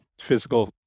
physical